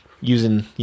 using